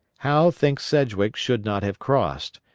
howe thinks sedgwick should not have crossed,